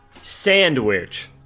Sandwich